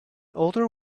older